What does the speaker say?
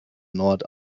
nord